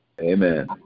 Amen